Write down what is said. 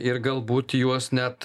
ir galbūt juos net